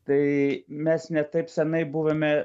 tai mes ne taip seniai buvome